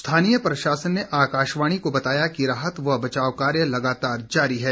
स्थानीय प्रशासन ने आकाशवाणी को बताया कि राहत व बचाव कार्य लगातार जारी है